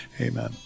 Amen